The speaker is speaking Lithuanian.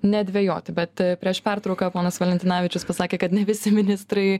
nedvejoti bet prieš pertrauką ponas valentinavičius pasakė kad ne visi ministrai